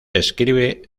escribe